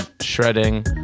shredding